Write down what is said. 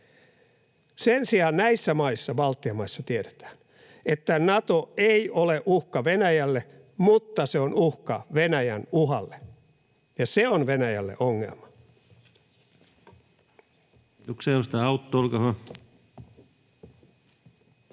Sen sijaan näissä maissa, Baltian maissa, tiedetään, että Nato ei ole uhka Venäjälle mutta se on uhka Venäjän uhalle, ja se on Venäjälle ongelma.